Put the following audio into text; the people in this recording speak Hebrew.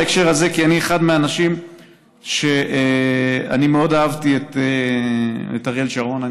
בהקשר הזה: אני אחד מהאנשים שמאוד אהבו את אריאל שרון,